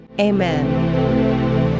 Amen